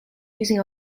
using